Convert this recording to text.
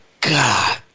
God